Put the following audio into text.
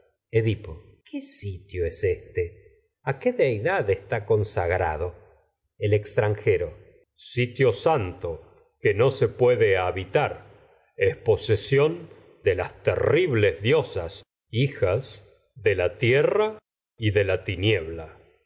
edipo qué sitio es éste a qué deidad está con sagrado el extranjero sitio santo que no se puede habi tar es posesión de las terribles diosas hijas de la tie rra y de la tiniebla